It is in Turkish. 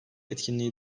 etkinliği